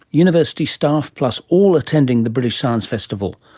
university staff plus all attending the british science festival.